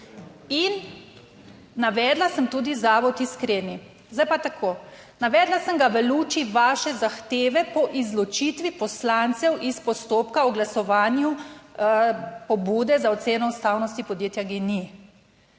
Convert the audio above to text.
in navedla sem tudi Zavod Iskreni. Zdaj pa tako, navedla sem ga v luči vaše zahteve po izločitvi poslancev iz postopka o glasovanju. Pobude za oceno ustavnosti podjetja GEN-I.